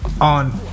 on